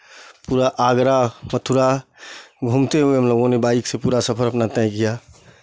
पूरा आगरा मथुरा घूमते हुए हमलोगों ने बाइक से पूरा सफ़र अपना तय किया